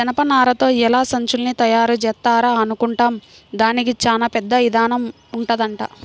జనపనారతో ఎలా సంచుల్ని తయారుజేత్తారా అనుకుంటాం, దానికి చానా పెద్ద ఇదానం ఉంటదంట